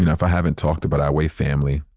you know if i haven't talked about our weigh family,